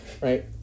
right